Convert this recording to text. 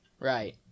Right